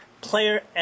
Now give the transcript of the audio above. Player